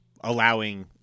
allowing